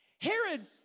Herod